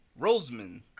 Roseman